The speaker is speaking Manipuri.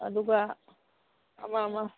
ꯑꯗꯨꯒ ꯑꯃ ꯑꯃ